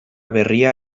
berria